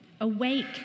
Awake